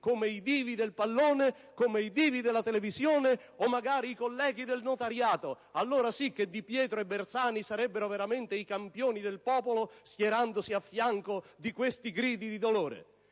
come i divi del pallone, i divi della televisione o magari i colleghi del notariato! Allora sì che Di Pietro e Bersani sarebbero veramente i campioni del popolo, schierandosi a fianco di queste grida di dolore!